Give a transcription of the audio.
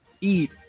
eat